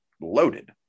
loaded